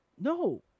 No